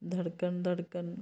धड़कन धड़कन